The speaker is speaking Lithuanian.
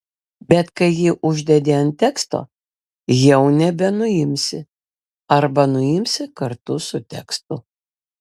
bet kai jį uždedi ant teksto jau nebenuimsi arba nuimsi kartu su tekstu